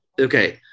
Okay